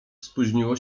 spóźniło